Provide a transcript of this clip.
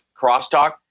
crosstalk